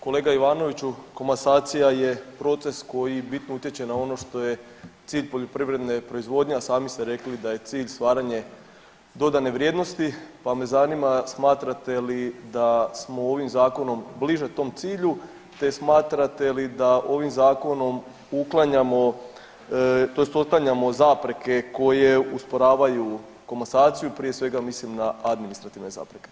Kolega Ivanoviću komasacija je proces koji bitno utječe na ono što je cilj poljoprivredne proizvodnje, a sami ste rekli da je cilj stvaranje dodane vrijednosti pa me zanima smatrate li da smo ovim zakonom bliže tom cilju te smatrate li da ovim zakonom uklanjamo tj. postavljamo zapreke koje usporavaju komasaciju prije svega mislim na administrativne zapreke.